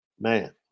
man